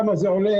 כמה זה עולה,